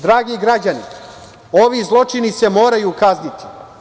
Dragi građani, ovi zločini se moraju kazniti.